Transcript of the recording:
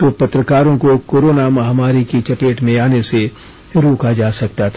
तो पत्रकारों को कोरोना महामारी की चपेट में आने से रोका जा सकता था